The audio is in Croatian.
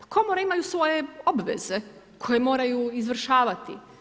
Komore imaju svoje obveze koje moraju izvršavati.